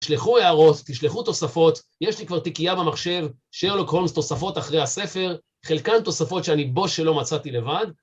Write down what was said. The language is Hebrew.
תשלחו הערות, תשלחו תוספות, יש לי כבר תיקיה במחשב, שרלוק הולמס תוספות אחרי הספר, חלקן תוספות שאני בוש שלא מצאתי לבד.